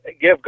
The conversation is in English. give